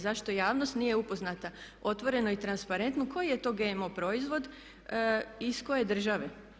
Zašto javnost nije upoznata otvoreno i transparentno koji je to GMO proizvod i iz koje države?